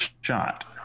shot